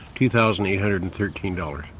two thousand eight hundred and thirteen dollars.